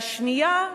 והשנייה,